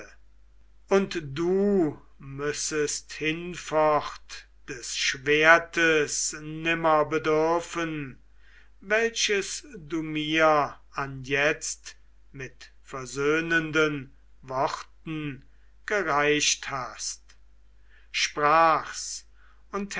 und du müssest hinfort des schwertes nimmer bedürfen welches du mir anjetzt mit versöhnenden worten gereicht hast sprach's und